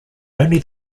only